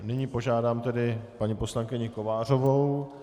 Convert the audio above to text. Nyní požádám paní poslankyni Kovářovou.